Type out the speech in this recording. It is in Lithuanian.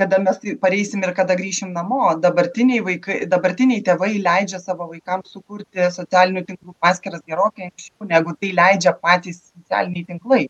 kada mes pareisime ir kada grįšim namo dabartiniai vaikai dabartiniai tėvai leidžia savo vaikams sukurti socialinių tinklų paskyras gerokai negu tai leidžia patys socialiniai tinklai